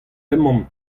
emaomp